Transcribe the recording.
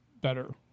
better